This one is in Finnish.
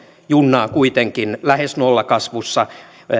junnaa kuitenkin lähes nollakasvussa